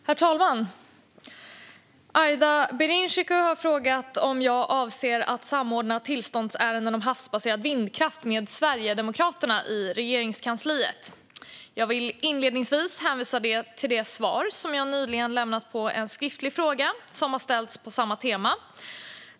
Herr talman! Aida Birinxhiku har frågat mig om jag avser att samordna tillståndsärenden om havsbaserad vindkraft med Sverigedemokraterna i Regeringskansliet. Jag vill inledningsvis hänvisa till det svar jag nyligen lämnat på en skriftlig fråga som har ställts på samma tema.